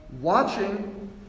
watching